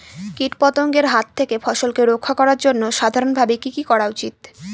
কীটপতঙ্গের হাত থেকে ফসলকে রক্ষা করার জন্য সাধারণভাবে কি কি করা উচিৎ?